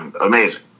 amazing